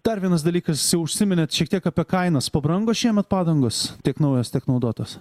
dar vienas dalykas jau užsiminėt šiek tiek apie kainas pabrango šiemet padangos tiek naujos tiek naudotos